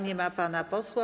Nie ma pana posła.